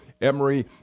Emory